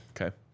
Okay